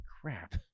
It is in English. crap